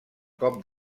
cop